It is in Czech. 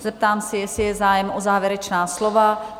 Zeptám se, jestli je zájem o závěrečná slova.